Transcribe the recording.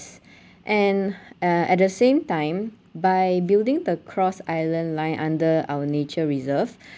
and uh at the same time by building the cross island line under our nature reserve